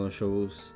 shows